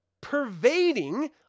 pervading